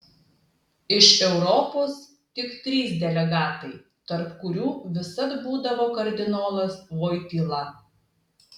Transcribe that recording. iš europos tik trys delegatai tarp kurių visad būdavo kardinolas voityla